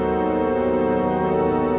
or